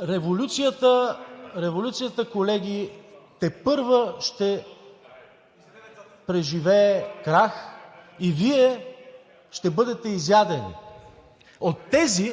Революцията, колеги, тепърва ще преживее крах и Вие ще бъдете изядени от тези,